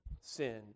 sin